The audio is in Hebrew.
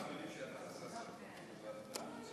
אנחנו יודעים שאתה חסר סבלנות.